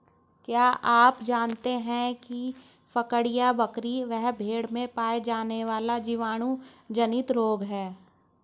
क्या आप जानते है फड़कियां, बकरी व भेड़ में पाया जाने वाला जीवाणु जनित रोग है?